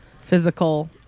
physical